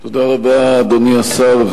תודה רבה, אדוני השר.